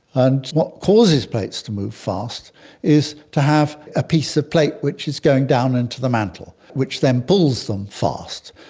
and what causes plates to move fast is to have a piece of plate which is going down into the mantle which then pulls them fast.